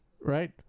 Right